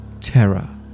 terror